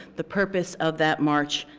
the purpose of that march,